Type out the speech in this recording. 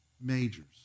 majors